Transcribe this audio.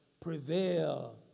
prevail